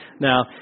Now